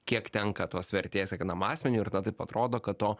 kiek tenka tos vertės kiekvienam asmeniui ir na taip atrodo kad to